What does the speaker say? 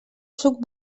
suc